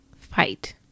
Fight